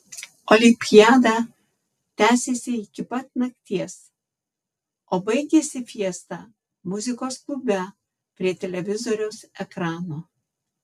olimpiada tęsėsi iki pat nakties o baigėsi fiesta muzikos klube prie televizoriaus ekrano